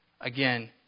again